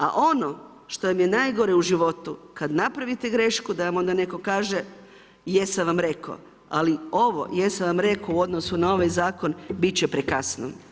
A ono što vam je najgore u životu, kad napravite grešku da vam onda neko kaže „jesam vam rekao“, ali ovo „jesam vam rekao“ u odnosu na ovaj zakon, bit će prekasno.